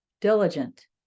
diligent